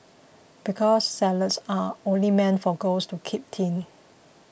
because salads are only meant for girls to keep thin